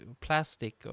plastic